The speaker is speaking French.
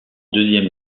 deuxième